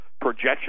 projection